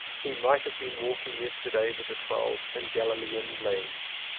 he might have been walking yester day with the twelve in galilean lanes.